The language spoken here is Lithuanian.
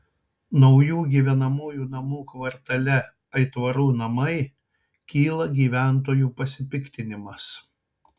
naujų gyvenamųjų namų kvartale aitvarų namai kyla gyventojų pasipiktinimas